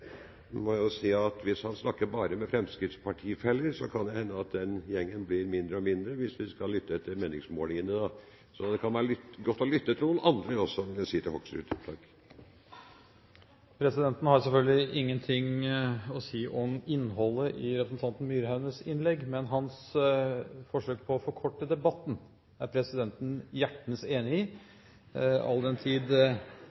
må jeg jo si at hvis han snakker bare med fremskrittspartifeller, kan det hende at den gjengen blir mindre og mindre – hvis vi skal lytte til meningsmålingene, da. Så jeg vil si til Hoksrud at det kan være godt å lytte til noen andre også. Presidenten har selvfølgelig ingen ting å si om innholdet i representanten Myraunes innlegg, men hans forsøk på å forkorte debatten er presidenten hjertens enig